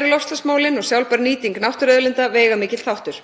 eru loftslagsmálin og sjálfbær nýting náttúruauðlinda veigamikill þáttur.